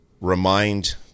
remind